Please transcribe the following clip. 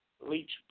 Leach